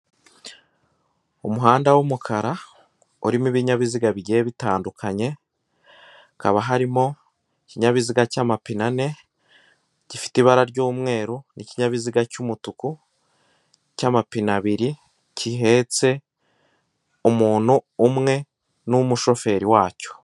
Umuhanda w'umukara urimo ibinyabiziga bigiye bitandukanye hakaba harimo ikinyabiziga cy'amapine ane gifite ibara ry'umweru, n'ikinyabiziga cy'umutuku cy'amapine abiri gihetse umuntu umwe n'umushoferi wacyo.